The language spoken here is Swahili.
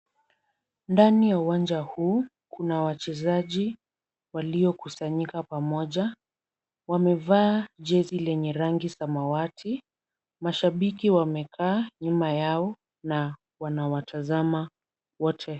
Ndani ya uwanja huu, kuna wachezaji waliokusanyika pamoja. Wamevaa jezi lenye rangi samawati. Mashabiki wamekaa nyuma yao na wanawatazama wote.